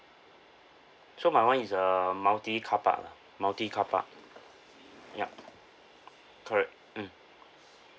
so my [one] is a multi carpark lah multi carpark yup correct mm